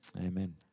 Amen